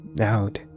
out